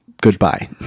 Goodbye